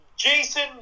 Jason